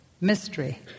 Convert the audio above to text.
Mystery